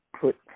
put